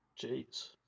jeez